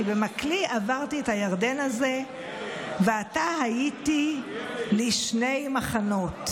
כי במקלי עברתי את הירדן הזה ועתה הייתי לשני מחנות.